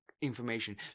Information